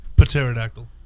pterodactyl